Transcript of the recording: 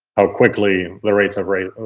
how quickly the rates have raised,